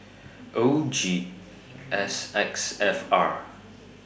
O G S X F R